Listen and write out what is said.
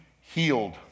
healed